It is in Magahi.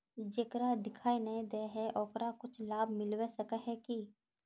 जेकरा दिखाय नय दे है ओकरा कुछ लाभ मिलबे सके है की?